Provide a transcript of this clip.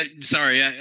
Sorry